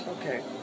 Okay